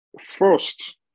First